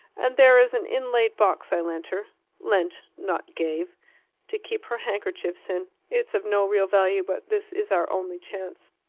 and there is an inlaid box i lent her lent, not gave to keep her handkerchiefs in. it's of no real value but this is our only chance.